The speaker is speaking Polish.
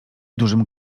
dużym